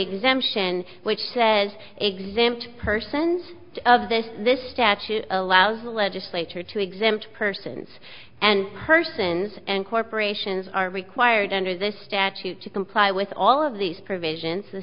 exemption which says exempt persons of this this statute allows the legislature to exempt persons and persons and corporations are required under this statute to comply with all of these provisions the